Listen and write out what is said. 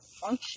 function